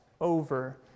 over